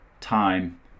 time